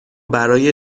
برای